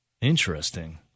Interesting